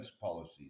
policies